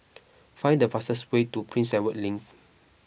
find the fastest way to Prince Edward Link